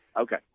Okay